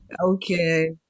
Okay